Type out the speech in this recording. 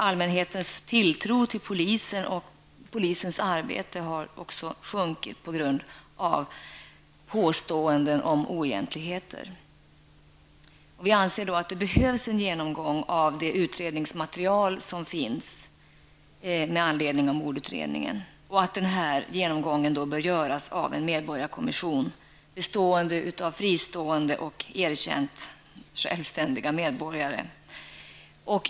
Allmänhetens tilltro till polisen och polisens arbete har sjunkit på grund av påståenden om oegentligheter. Vi anser att det behövs en genomgång av det utredningsmaterial som finns om mordutredningen. Genomgången bör göras av en medborgarkommission bestående av fristående och erkänt självständiga medborgare.